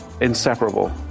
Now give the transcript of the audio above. inseparable